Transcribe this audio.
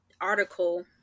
article